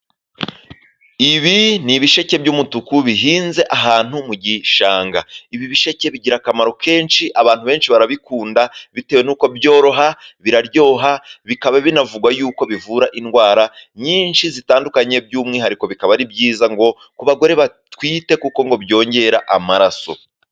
Ibi ni ibisheke by' umutuku bihinze ahantu mu gishanga, ibi bisheke abantu bigira akamaro kenshi, bantu benshi barabikunda bitewe n' uko byoroha, bikaryoha bikaba binavugwa yuko bivura indwara nyinshi byumwihariko ku bagore batwite kuko ngo byongera amaraso.